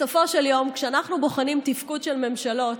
בסופו של יום, כשאנחנו בוחנים תפקוד של ממשלות,